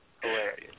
hilarious